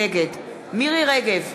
נגד מירי רגב,